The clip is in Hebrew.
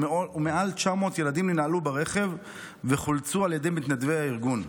מעל 900 ילדים ננעלו ברכב וחולצו על ידי מתנדבי הארגון,